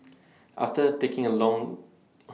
after taking A Long Oh My God